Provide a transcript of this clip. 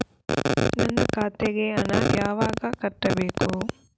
ನನ್ನ ಖಾತೆಗೆ ಹಣ ಯಾವಾಗ ಕಟ್ಟಬೇಕು?